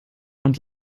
und